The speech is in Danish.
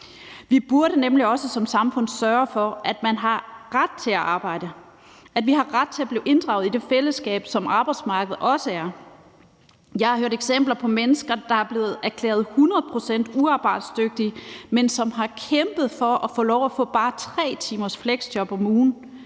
Vi burde nemlig også som samfund sørge for, at man har ret til at arbejde, at vi har ret til at blive inddraget i det fællesskab, som arbejdsmarkedet også er. Jeg har hørt eksempler på mennesker, der er blevet erklæret 100 pct. uarbejdsdygtige, men som har kæmpet for at få lov at få bare 3 timers fleksjob om ugen,